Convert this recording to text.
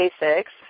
basics